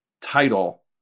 title